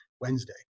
Wednesday